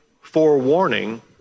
forewarning